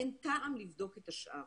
אין טעם לבדוק את השאר